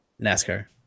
nascar